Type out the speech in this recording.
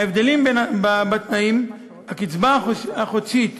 3. ההבדלים בתנאים הקצבה החודשית